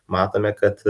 matome kad